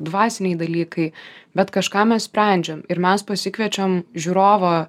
dvasiniai dalykai bet kažką mes sprendžiam ir mes pasikviečiam žiūrovą